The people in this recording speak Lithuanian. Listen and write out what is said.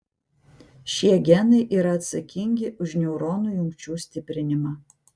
šie genai yra atsakingi už neuronų jungčių stiprinimą